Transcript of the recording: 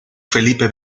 felipe